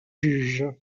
juge